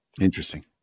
Interesting